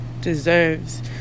deserves